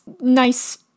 nice